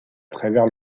travers